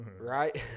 Right